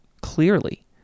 clearly